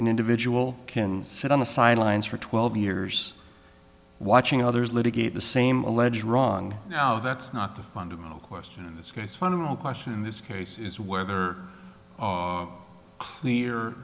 an individual can sit on the sidelines for twelve years watching others litigate the same alleged wrong now that's not the fundamental question in this case fundamental question in this case is whether a clear